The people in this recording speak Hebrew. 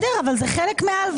בסדר אבל זה חלק מההלוואה.